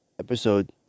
Episode